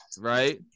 Right